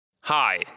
Hi